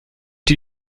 did